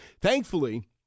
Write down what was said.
Thankfully